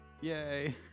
Yay